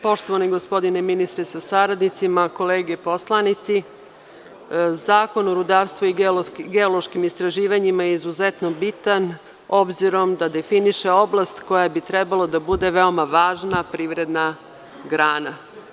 Poštovani gospodine ministre sa saradnicima, kolege poslanici, zakon o rudarstvu i geološkim istraživanjima je izuzetno bitan, obzirom da definiše oblast koja bi trebalo da bude veoma važna privredna grana.